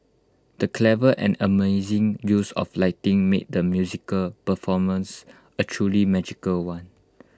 the clever and amazing use of lighting made the musical performance A truly magical one